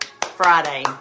Friday